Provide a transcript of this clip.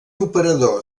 operador